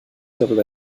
darüber